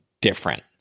different